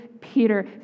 Peter